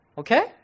Okay